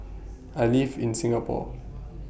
I live in Singapore